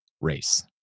race